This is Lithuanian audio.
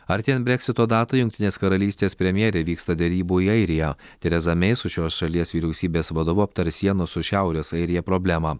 artėjant breksito datai jungtinės karalystės premjerė vyksta derybų į airiją tereza mei su šios šalies vyriausybės vadovu aptars sienos su šiaurės airija problemą